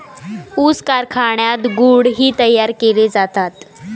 ऊस कारखान्यात गुळ ही तयार केले जातात